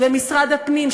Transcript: משרד הפנים,